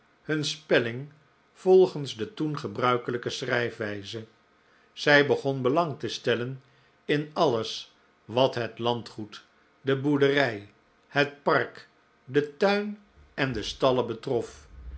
hun spelling volgens de toen gebruikelijke schrijfwijze zij begon belang te stellen in alles wat het landgoed de boerderij het park den tuin en de stallen betrof